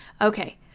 Okay